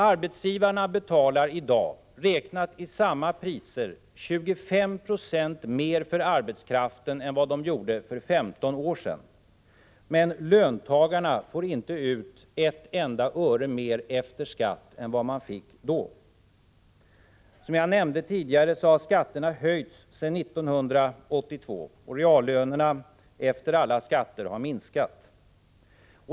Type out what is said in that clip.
Arbetsgivarna betalar i dag, räknat i samma priser, 25 0 mer för arbetskraften än de gjorde för 15 år sedan, men löntagarna får inte ut ett enda öre mer efter skatt än de fick då. Som jag nämnde tidigare har skatterna höjts sedan 1982, och reallönerna efter alla skatter har minskat.